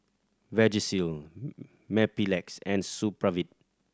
Vagisil Mepilex and Supravit